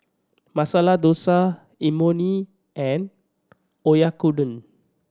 Masala Dosa Imoni and Oyakodon